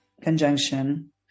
conjunction